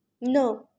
No